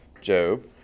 Job